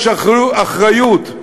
יש אחריות.